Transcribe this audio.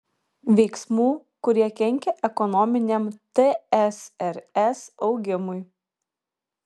veiksmų kurie kenkia ekonominiam tsrs augimui